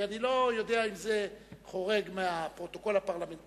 כי אני לא יודע אם זה חורג מהפרוטוקול הפרלמנטרי,